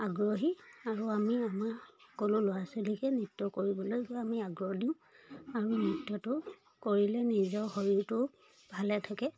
আগ্ৰহী আৰু আমি আমাৰ সকলো ল'ৰা ছোৱালীকে নৃত্য কৰিবলৈ গৈ আমি আগ্ৰহ দিওঁ আৰু নৃত্যটো কৰিলে নিজৰ শৰীৰটো ভালে থাকে